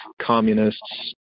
communists